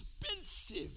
expensive